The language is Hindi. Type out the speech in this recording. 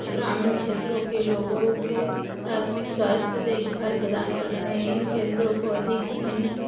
ग्रामीण क्षेत्रो के लोगों को प्राथमिक स्वास्थ्य देखभाल प्रदान करते हैं इन केन्द्रों को अधिक धन